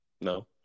No